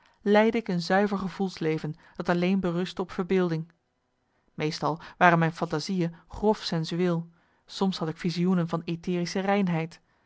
leidde ik een zuiver gevoelsleven dat alleen berustte op verbeelding meestal waren mijn fantasieën grof sensueel soms had ik visioenen van aetherische reinheid